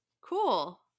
cool